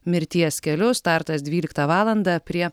mirties keliu startas dvyliktą valandą prie